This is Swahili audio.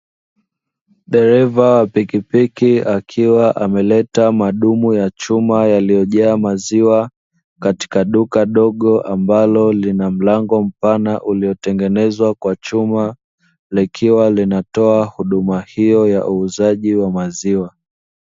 Dereva wa pikipiki akiwa ameleta madumu ya chuma yaliyojaa maziwa katika duka dogo ambalo lina mlango mpana uliotengenezwa kwa chuma, likiwa linatoa huduma hiyo ya uuzaji wa maziwa.